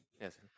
yes